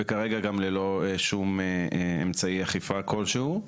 וכרגע גם ללא שום אמצעי אכיפה כלשהו.